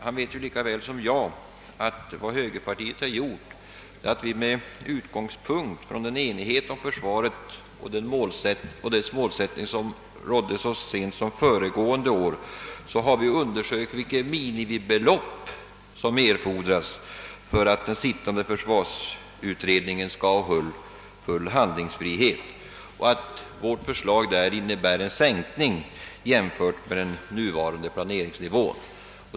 Han vet lika väl som jag att vad högerpartiet gjort är att det med utgångspunkt i den enighet om försvaret och dess målsättning, som rådde så sent som föregående år, har undersökt vilka minimibelopp som erfordras för att den sittande försvarsutredningen skall ha full handlingsfri het. Vårt förslag därvidlag innebär en sänkning jämfört med den nuvarande planeringsnivån.